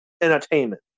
entertainment